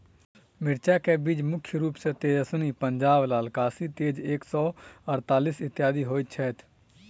मिर्चा केँ बीज मुख्य रूप सँ तेजस्वनी, पंजाब लाल, काशी तेज एक सै अड़तालीस, इत्यादि होए छैथ?